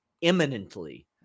imminently